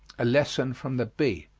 a lesson from the bee.